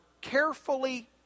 carefully